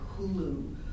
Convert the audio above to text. Hulu